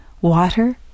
water